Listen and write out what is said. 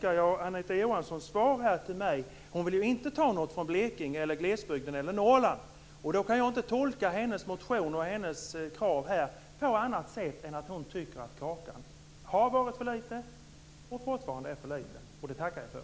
Av Anita Johanssons svar till mig framgår att hon ju inte vill ta något från Blekinge, Norrland eller annan glesbygd. Därför kan jag inte tolka hennes motion och hennes krav på annat sätt än att hon tycker att kakan har varit för liten och fortfarande är det. Det tackar jag för!